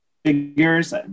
figures